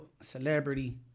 celebrity